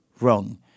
wrong